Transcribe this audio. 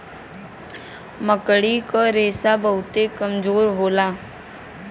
मकड़ी क रेशा बहुते कमजोर होला